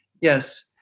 Yes